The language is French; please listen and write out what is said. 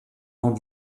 banc